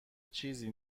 چیزی